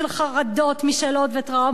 משאלות וטראומות מהעבר.